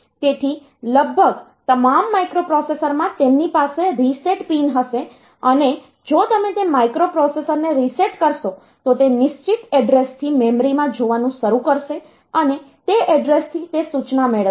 તેથી લગભગ તમામ માઇક્રોપ્રોસેસરમાં તેમની પાસે રીસેટ પિન હશે અને જો તમે તે માઇક્રોપ્રોસેસરને રીસેટ કરશો તો તે નિશ્ચિત એડ્રેસથી મેમરીમાં જોવાનું શરૂ કરશે અને તે એડ્રેસથી તે સૂચના મેળવશે